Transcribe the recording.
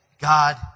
God